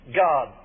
God